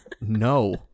no